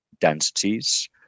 densities